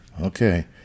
Okay